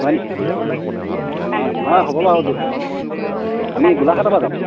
হয় নেকি নহয় নহয় হ'ব বাৰু আমি গোলাঘাটৰপৰা যাম